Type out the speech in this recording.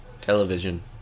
television